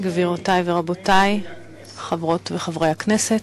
גבירותי ורבותי חברות וחברי הכנסת,